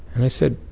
and i said,